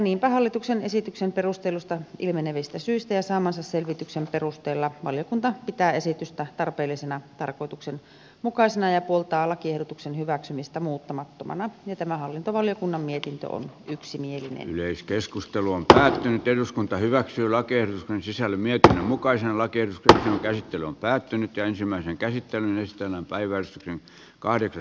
niinpä hallituksen esityksen perusteluista ilmenevistä syistä ja saamansa selvityksen perusteella valiokunta pitää esitystä tarpeellisena ja tarkoituksenmukaisena ja puoltaa lakiehdotuksen hyväksymistä muuttamattomana ja tämä hallintovaliokunnan mietintö oli yksimielinen yleiskeskustelu on päättänyt eduskunta hyväksyi lakien sisällön mietinnön mukaisen lääke tähän kehittely on päättynyt ja ensimmäinen käsittää myös tämänpäiväiseen yksimielinen